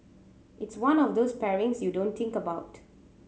it's one of those pairings you don't think about